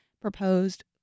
proposed